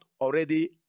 already